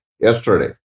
yesterday